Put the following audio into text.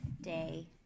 day